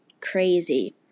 crazy